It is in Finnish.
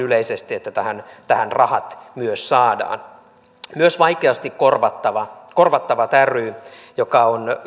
yleisesti että tähän tähän rahat myös saadaan myös vaikeasti korvattavat ry joka on